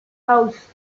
house